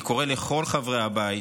אני קורא לכל חברי הבית,